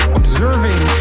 observing